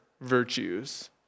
virtues